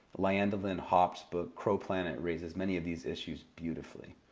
lyanda lynn haupt's book crow planet raises many of these issues beautifully.